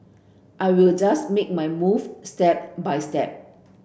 I will just make my move step by step